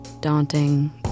daunting